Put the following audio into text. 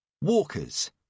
Walkers